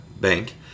bank